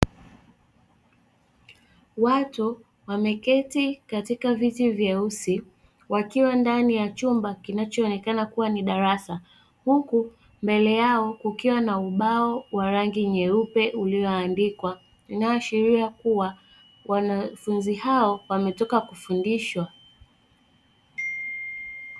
Watu wameketi katika viti vyeusi wakiwa ndani ya chumba kinachoonekana kuwa ni darasa huku mbele yao kukiwa na ubao wa rangi nyeupe ulioandikwa unaoashiria kuwa wanafunzi hao wametoka kufundishwa.